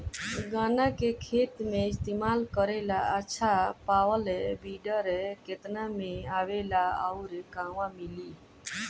गन्ना के खेत में इस्तेमाल करेला अच्छा पावल वीडर केतना में आवेला अउर कहवा मिली?